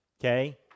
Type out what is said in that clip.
okay